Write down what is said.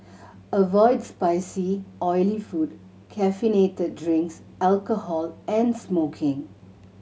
avoids spicy oily food caffeinated drinks alcohol and smoking